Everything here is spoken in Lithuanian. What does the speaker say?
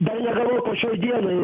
dar negavau po šiai dienai